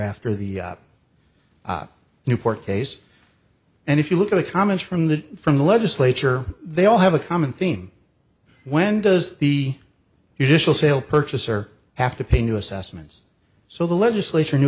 after the newport case and if you look at the comments from the from the legislature they all have a common theme when does the usual sale purchaser have to pay new assessments so the legislature knew